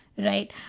Right